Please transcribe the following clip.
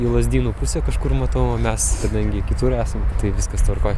į lazdynų pusę kažkur matau o mes kadangi kitur esam tai viskas tvarkoj